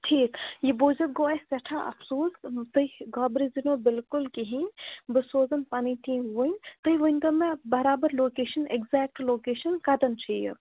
ٹھیٖک یہِ بوٗزِتھ گوٚو اَسہِ سٮ۪ٹھاہ اَفسوس تُہۍ گابرٲیزو نہٕ بِلکُل کِہیٖنۍ بہٕ سوزَن پَنٕنۍ ٹیٖم وٕنۍ تُہۍ ؤنۍتو مےٚ برابر لوکیشَن اٮ۪کزیکٹ لوکیشَن کَتٮ۪ن چھِ یہِ